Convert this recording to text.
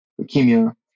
leukemia